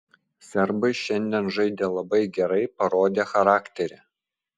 serbai šiandien žaidė labai gerai parodė charakterį